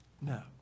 No